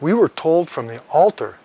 we were told from the altar